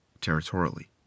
territorially